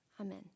Amen